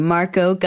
Marco